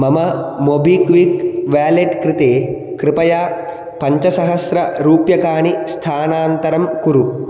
मम MobiKwik wallet कृते कृपया पञ्चसहस्र रूप्यकाणि स्थानान्तरं कुरु